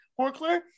Horkler